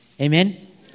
Amen